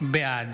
בעד